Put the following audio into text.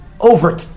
over